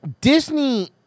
Disney